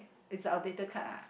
is outdated card ah